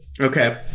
Okay